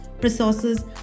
resources